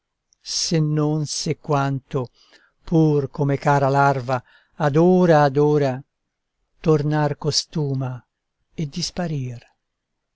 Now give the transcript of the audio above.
se non se quanto pur come cara larva ad ora ad ora tornar costuma e disparir